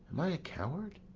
am i a coward?